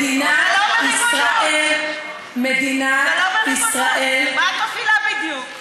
מדינת ישראל, מה את מפעילה בדיוק?